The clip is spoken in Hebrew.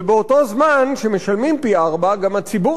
ובאותו זמן שמשלמים פי-ארבעה גם הציבור